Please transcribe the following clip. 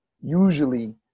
Usually